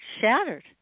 shattered